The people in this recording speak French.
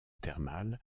thermale